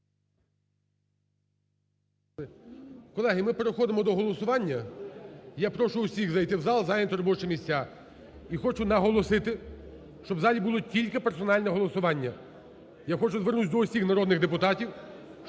Колеги, ми переходимо до голосування. Я прошу всіх зайти в зал і зайняти робочі місця. І хочу наголосити, щоб в залі було тільки персональне голосування. Я хочу звернутися до всіх народних депутатів,